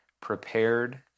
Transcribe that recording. prepared